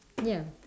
ya